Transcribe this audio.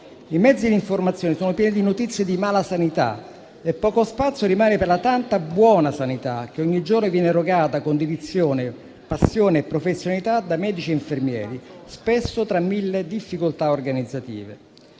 I mezzi di informazione sono pieni di notizie di malasanità e poco spazio rimane per la tanta buona sanità che ogni giorno viene erogata con dedizione, passione e professionalità da medici e infermieri, spesso tra mille difficoltà organizzative.